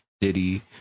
Diddy